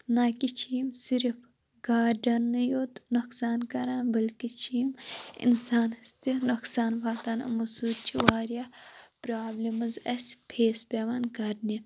نہَ کہِ چھِ یِم صِرِف گارڈَنٕے یوت نۅقصان کَران بٔلکہِ چھِ یِم اِنسانَس تہِ نۅقصان واتان یِمو سٍتۍ چھِ واریاہ پرٛابلِمٕز اَسہِ فیٚس پیٚوان کَرنہِ